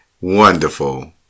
wonderful